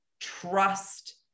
trust